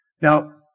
Now